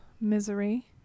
Misery